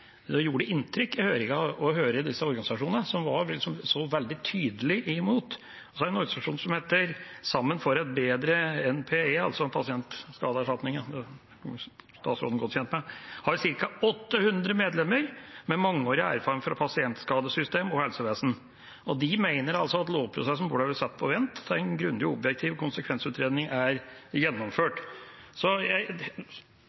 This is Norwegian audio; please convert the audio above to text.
Det gjorde inntrykk i høringen å høre disse organisasjonene som var så veldig tydelig imot. En organisasjon som heter Sammen for et bedre NPE – altså pasientskadeerstatningen, som statsråden er godt kjent med – har ca. 800 medlemmer med mangeårig erfaring fra pasientskadesystem og helsevesen. De mener at lovprosessen burde bli satt på vent til en grundig og objektiv konsekvensutredning er